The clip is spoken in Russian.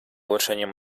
улучшением